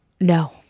No